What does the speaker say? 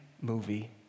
movie